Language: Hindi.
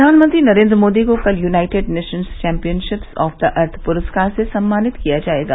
प्रधानमंत्री नरेन्द्र मोदी को कल United Nations Champions of the Earth पुरस्कार से सम्मानित किया जाएगा